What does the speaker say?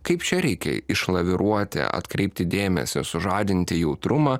kaip čia reikia išlaviruoti atkreipti dėmesį sužadinti jautrumą